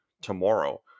tomorrow